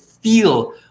feel